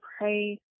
pray